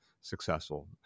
successful